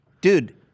Dude